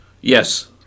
Yes